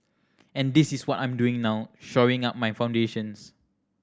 and this is what I'm doing now shoring up my foundations